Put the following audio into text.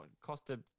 Costa